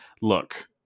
look